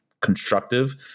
constructive